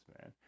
man